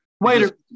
Waiter